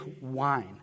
wine